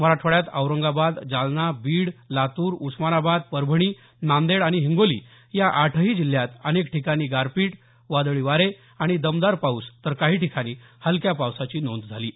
मराठवाड्यात औरंगाबाद जालना बीड लातूर उस्मानाबाद परभणी नांदेड आणि हिंगोली या आठही जिल्ह्यांत अनेक ठिकाणी गारपीट वादळी वारे आणि दमदार पाऊस तर काही ठिकाणी हलक्या पावसाची नोंद झाली आहे